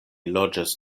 loĝas